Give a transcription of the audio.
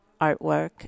artwork